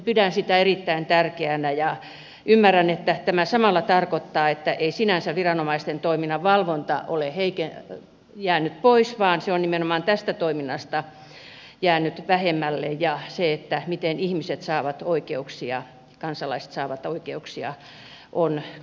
pidän sitä erittäin tärkeänä ja ymmärrän että tämä samalla tarkoittaa että sinänsä viranomaisten toiminnan valvonta ei ole jäänyt pois vaan se on nimenomaan tästä toiminnasta jäänyt vähemmälle ja se miten ihmiset saavat oikeuksia kansalaiset saavat oikeuksia on korostunut